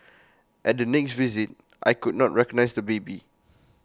at the next visit I could not recognise the baby